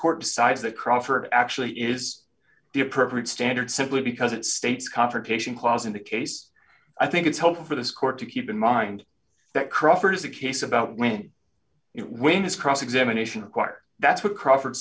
court decides that crawford actually is the appropriate standard simply because it states confrontation clause in that case i think it's healthy for this court to keep in mind that crawford is a case about when it when his cross examination acquired that's what crawford